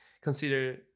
consider